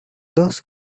dos